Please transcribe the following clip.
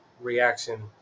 reaction